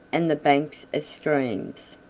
and the banks of streams.